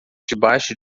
debaixo